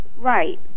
Right